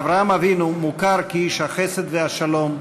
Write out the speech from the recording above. אברהם אבינו מוכר כאיש החסד והשלום,